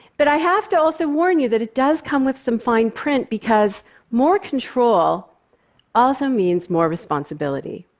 but i have to also warn you that it does come with some fine print, because more control also means more responsibility.